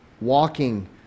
walking